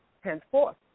henceforth